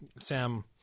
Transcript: Sam